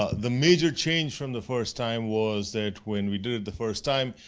ah the major change from the first time was that when we did it the first time,